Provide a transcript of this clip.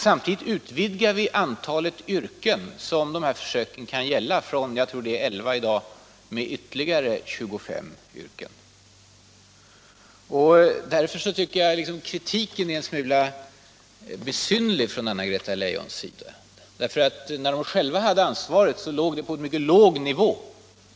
Samtidigt utvidgar vi antalet yrken som försöket kan gälla — jag tror att det i dag är 11 — med ytterligare omkring 25 yrken. Därför tycker jag att kritiken från Anna-Greta Leijon är en smula besynnerlig. När fru Leijon själv hade ansvaret låg bidraget på en mycket låg nivå.